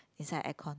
inside aircon